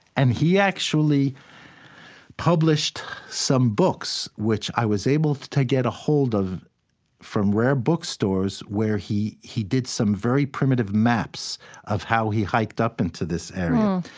and he actually published some books, which i was able to to get a hold of from rare-book stores, where he he did some very primitive maps of how he hiked up into this area.